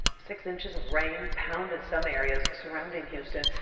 six inches of rain pounded some areas surrounding houston.